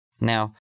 Now